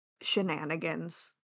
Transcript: shenanigans